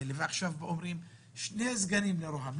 ועכשיו אומרים שני סגנים לרה"מ.